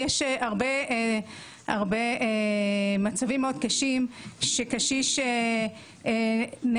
יש הרבה מצבים מאוד קשים שקשיש נעזב,